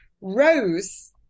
rose